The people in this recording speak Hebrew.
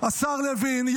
השר לוין,